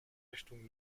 richtung